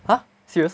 !huh! serious